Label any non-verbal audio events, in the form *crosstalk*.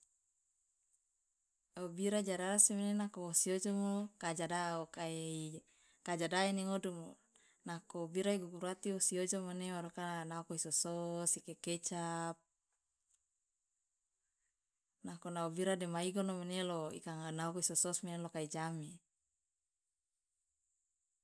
Obira ijare arese mene nako wosi ojomo ka *hesitation* ka jadaene ingodumu nako bira igugurati wosi ojomo ne maruka naoko isosos ikekecap *hesitation* nako nao bira dema igono mane lo *hesitation* naoko isosos mene lo kai jame.